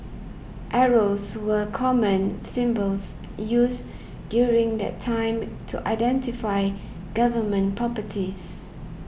arrows were common symbols used during that time to identify Government properties